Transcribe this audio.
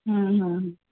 हम्म हम्म